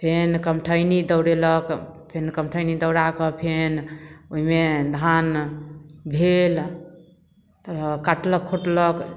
फेन कमठैनी दौड़ेलक फेन कमठैनी दौड़ा कऽ फेन ओइमे धान भेल तऽ काटलक खुटलक